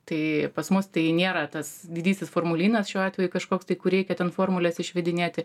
tai pas mus tai nėra tas didysis formulynas šiuo atveju kažkoks tai kur reikia ten formules išvedinėti